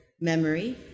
memory